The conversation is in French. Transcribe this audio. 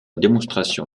démonstration